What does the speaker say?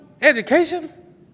education